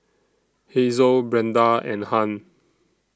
Hazel Brenda and Hunt